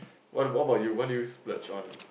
what about what about you what do you splurge on